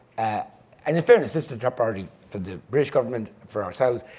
and in fairness, it's the top priority for the british government, for ourselves,